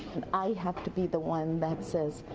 and i have to be the one that says,